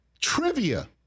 trivia